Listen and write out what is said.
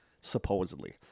Supposedly